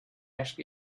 asked